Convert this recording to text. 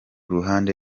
ruhande